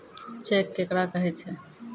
Cheque केकरा कहै छै?